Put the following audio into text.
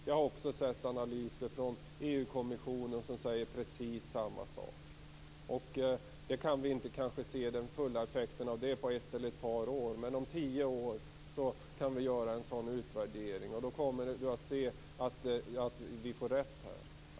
Jag har sett analyser från EU-kommissionen som säger precis samma sak. Vi kanske inte kan se den fulla effekten av det på ett eller ett par år men om tio år kan vi göra en sådan utvärdering. Då kommer Bo Lundgren att se att vi får rätt här.